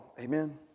Amen